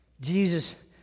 Jesus